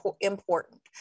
important